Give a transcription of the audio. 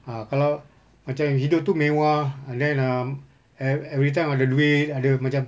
ah kalau macam hidup tu mewah and then um ev~ everytime ada duit ada macam